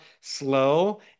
slow